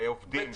בעובדים,